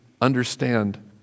understand